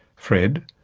fred,